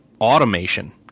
automation